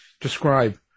describe